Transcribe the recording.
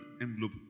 envelope